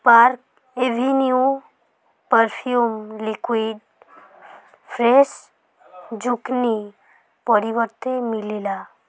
park Avenue perfume liquid fresh zucchini ପରିବର୍ତ୍ତେ ମିଳିଲା